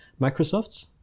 Microsoft